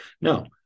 No